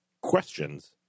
questions